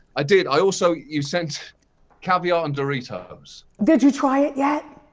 i did, i also, you sent caviar and doritos. did you try it yet?